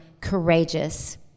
courageous